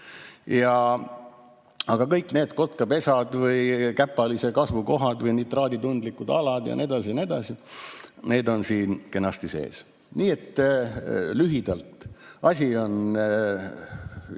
Aga kõik need kotkapesad või mõne käpalise kasvukohad või nitraaditundlikud alad ja nii edasi ja nii edasi – need on siin kenasti sees. Nii et lühidalt: asi on